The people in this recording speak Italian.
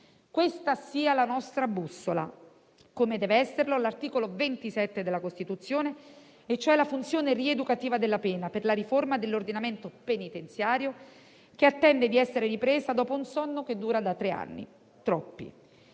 Questa sia la nostra bussola, come dev'esserlo l'articolo 27 della Costituzione, cioè la funzione rieducativa della pena per la riforma dell'ordinamento penitenziario, che attende di essere ripresa dopo un sonno che dura da tre anni, troppi.